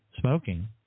smoking